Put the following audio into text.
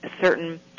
certain